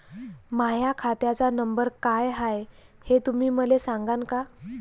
माह्या खात्याचा नंबर काय हाय हे तुम्ही मले सागांन का?